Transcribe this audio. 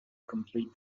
complete